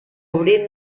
obrint